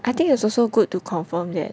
I think it's also good to confirm that